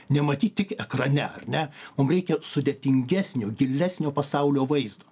nematyt tik ekrane ar ne mum reikia sudėtingesnio gilesnio pasaulio vaizdo